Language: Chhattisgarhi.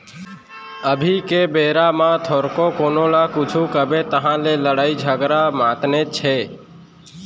अभी के बेरा म थोरको कोनो ल कुछु कबे तहाँ ले लड़ई झगरा मातनेच हे